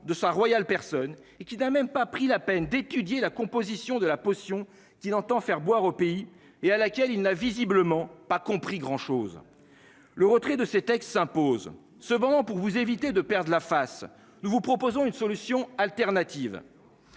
de sa royale personne et qui n'a même pas pris la peine d'étudier la composition de la potion qu'il entend faire boire au pays et à laquelle il n'a visiblement pas compris grand chose. Le retrait de ces textes s'impose cependant pour vous éviter de perdre la face, nous vous proposons une solution alternative.